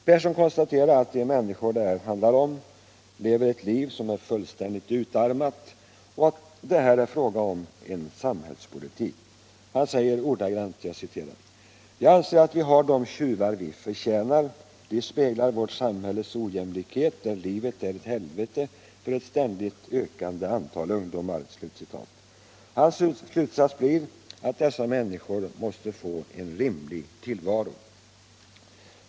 Persson konstaterar att de människor det handlar om lever ett liv som är fullständigt utarmat och att det här är en fråga om en samhällspolitik. Han säger ordagrant: ”Jag anser att vi har dom tjuvar vi förtjänar; de speglar vårt samhälles ojämlikhet där livet är ett helvete för ett ständigt ökande antal ungdomar.” Hans slutsats blir att dessa människor måste få en rimlig tillvaro.